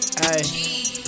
hey